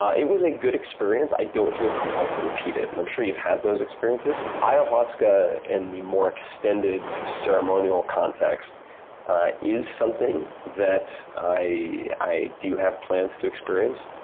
ah it was a good experience. i don't feel compelled to repeat it, and i'm sure you've had those experiences. ayahuasca in the more extended sort of ceremonial context is something that i do have plans to experience.